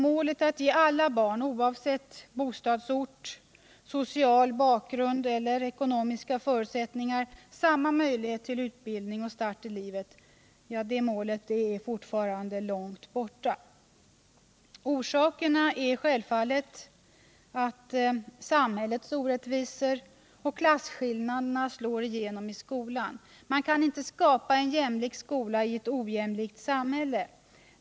Målet att ge alla barn, oavsett bostadsort, social bakgrund eller ekonomiska förutsättningar, samma möjlighet till utbildning och start i livet är fortfarande långt borta. Orsakerna är självfallet att samhällets orättvisor och klasskillnader slår igenom i skolan. Man kan inte skapa en jämlik skola i ett ojämlikt samhälle.